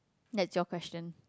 that's your question